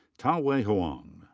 ta-wei huang.